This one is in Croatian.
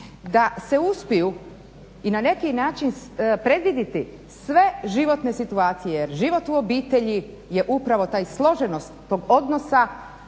Da se uspiju i na neki način predvidjeti sve životne situacije jer život u obitelji je upravo ta složenost tog odnosa,